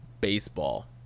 baseball